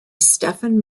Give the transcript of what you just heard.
stephen